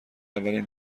اولین